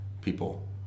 people